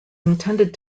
intended